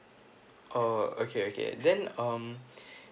oh okay okay then um